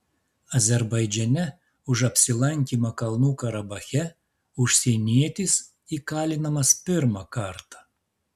azerbaidžane už apsilankymą kalnų karabache užsienietis įkalinamas pirmą kartą